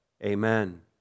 Amen